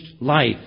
life